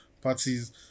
parties